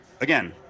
again